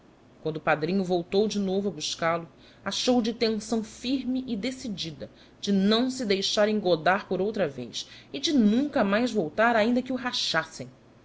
quando o padrinho voltou de novo a buscal-o achou-o de tenção firme e decidida de não e deixar engodar por outra vez e de nunca mais voltar ainda que o rachassem